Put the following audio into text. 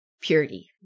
purity